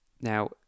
Now